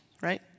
right